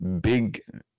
big